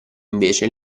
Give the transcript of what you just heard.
invece